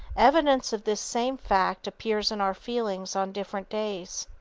evidence of this same fact appears in our feelings on different days.